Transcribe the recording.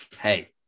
hey